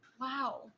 Wow